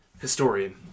Historian